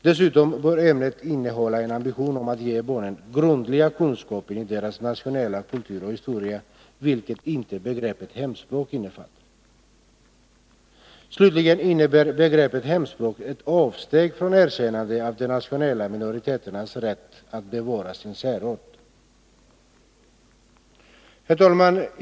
Dessutom bör ämnet innehålla en ambition att ge barnen grundliga kunskaper i deras nationella kultur och historia, vilket inte begreppet hemspråk innefattar. Slutligen innebär begreppet hemspråk ett avsteg från erkännandet av de nationella minoriteternas rätt att bevara sin särart. Herr talman!